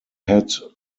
had